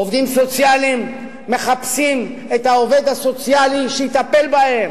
עובדים סוציאליים מחפשים את העובד הסוציאלי שיטפל בהם.